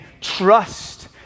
trust